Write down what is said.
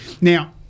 Now